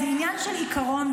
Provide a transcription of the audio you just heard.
זה עניין של עיקרון,